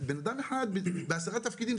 בן אחד בעשרה תפקידים,